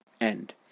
end